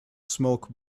smoke